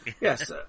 Yes